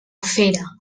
fera